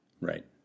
Right